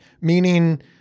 meaning